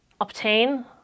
obtain